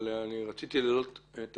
אבל אני כן רוצה להעלות כאן את